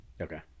okay